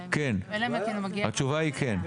כן, התשובה היא כן.